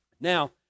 Now